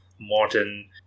modern